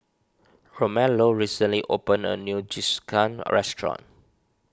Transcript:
Romello recently opened a new Jingisukan restaurant